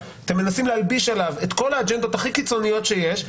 להלביש עליו את כל האג'נדות הכי קיצוניות שיש.